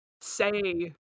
say